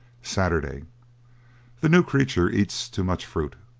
saturday the new creature eats too much fruit.